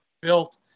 built